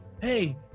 Hey